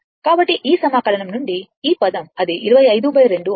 కాబట్టి ఈ సమాకలనం నుండి ఈ పదం అది 252 అవుతుంది